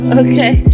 okay